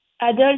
adult